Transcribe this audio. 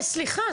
סליחה,